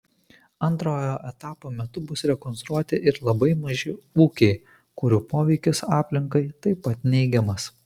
antrojo etapo metu bus rekonstruoti ir labai maži ūkiai kurių poveikis aplinkai taip pat neigiamas